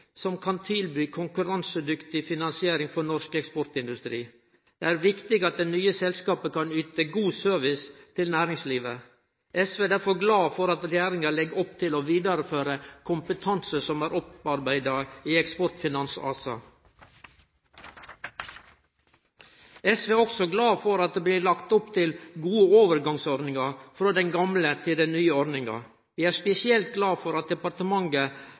som kan tilby konkurransedyktig finansiering for norsk eksportindustri. Det er viktig at det nye selskapet kan yte god service til næringslivet. SV er derfor glad for at regjeringa legg opp til å vidareføre kompetanse som er opparbeidd i Eksportfinans ASA. SV er også glad for at det blir lagt opp til gode overgangsordningar frå den gamle til den nye ordninga. Vi er spesielt glade for at departementet